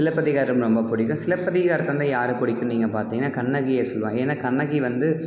சிலப்பதிகாரம் ரொம்ப பிடிக்கும் சிலப்பதிகாரத்தில் வந்து யார் பிடிக்குன்னு நீங்கள் பார்த்தீங்கன்னா கண்ணகியை சொல்லுவேன் ஏன்னால் கண்ணகி வந்து